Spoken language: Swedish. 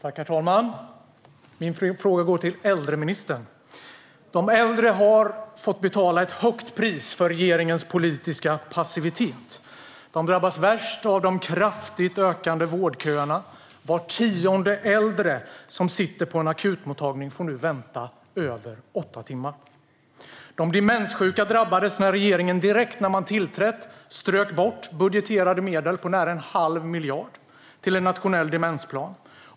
Herr talman! Min fråga går till äldreministern. De äldre har fått betala ett högt pris för regeringens politiska passivitet. De drabbas värst av de kraftigt ökande vårdköerna. Var tionde äldre som sitter på en akutmottagning får nu vänta mer än åtta timmar. De demenssjuka drabbades när regeringen direkt när den tillträtt strök budgeterade medel på nästan en halv miljard till en nationell demensplan.